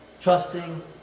trusting